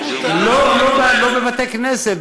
לא, הם לא בבתי-כנסת.